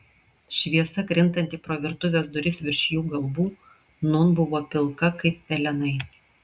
šviesa krintanti pro virtuvės duris virš jų galvų nūn buvo pilka kaip pelenai